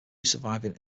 surviving